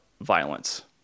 violence